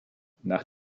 nach